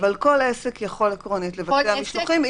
כל עסק יכול לבצע משלוחים.